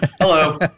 Hello